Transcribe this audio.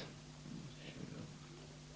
Rolf